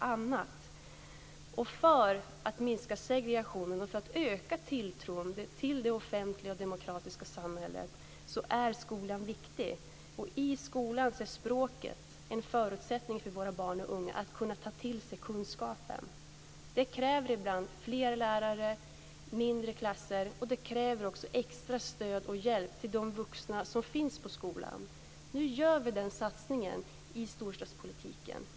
Skolan är viktig för att minska segregationen och för att öka tilltron till det offentliga demokratiska samhället, och språket är en förutsättning för att våra barn och unga ska kunna ta till sig kunskapen i skolan. Det kräver ibland fler lärare och mindre klasser och även extra stöd och hjälp till de vuxna som finns på skolorna. Vi gör nu den här satsningen i storstadspolitiken.